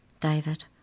David